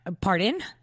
Pardon